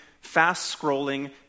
fast-scrolling